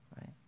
right